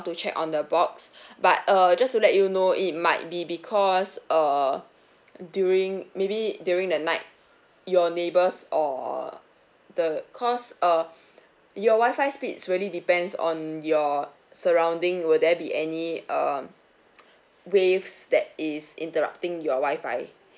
to check on the box but err just to let you know it might be because err during maybe during the night your neighbors or the cause uh your wifi speeds really depends on your surrounding will there be any um waves that is interrupting your wifi